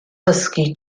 dysgu